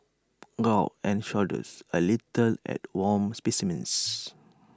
gawk and shudders A little at worm specimens